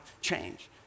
change